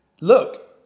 Look